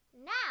Now